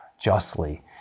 justly